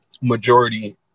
majority